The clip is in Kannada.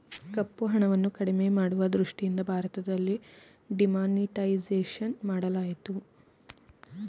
ಕಪ್ಪುಹಣವನ್ನು ಕಡಿಮೆ ಮಾಡುವ ದೃಷ್ಟಿಯಿಂದ ಭಾರತದಲ್ಲಿ ಡಿಮಾನಿಟೈಸೇಷನ್ ಮಾಡಲಾಯಿತು